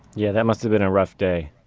yeah that must've been a rough day,